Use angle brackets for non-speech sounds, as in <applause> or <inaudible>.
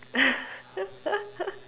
<laughs>